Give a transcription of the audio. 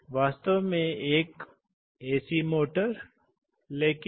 तो एक आपूर्ति की दबाव के लिए समग्र टोक़ उपलब्ध विशेषता गिर जाता है